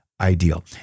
ideal